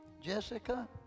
Jessica